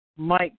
Mike